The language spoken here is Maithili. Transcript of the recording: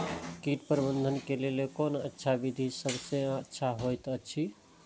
कीट प्रबंधन के लेल कोन अच्छा विधि सबसँ अच्छा होयत अछि?